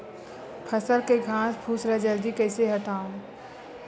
फसल के घासफुस ल जल्दी कइसे हटाव?